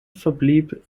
verblieb